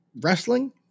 wrestling